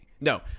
no